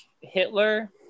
Hitler